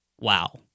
wow